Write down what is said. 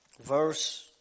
verse